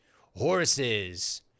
horses